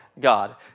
God